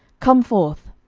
come forth.